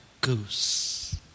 goose